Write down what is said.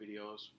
videos